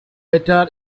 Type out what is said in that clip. better